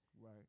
right